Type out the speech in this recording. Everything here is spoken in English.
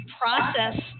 process